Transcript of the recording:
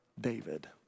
David